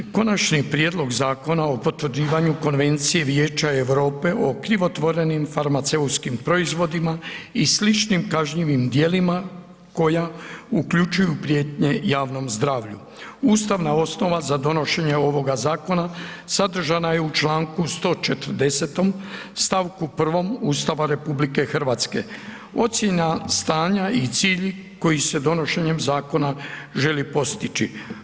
Konačni prijedlog Zakon o potvrđivanju Konvencije Vijeća Europe o krivotvorenim farmaceutskim proizvodima i sličnim kažnjivim djelima koja uključuju prijetnje javnom zdravlju, Ustavna osnova za donošenje ovoga zakona sadržana je u članku 140. stavku 1. Ustava RH, Ooccjena stanja i cilj koji se donošenjem zakona želi postići.